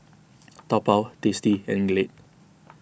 Taobao Tasty and Glade